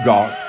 God